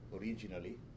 originally